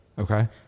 Okay